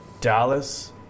Dallas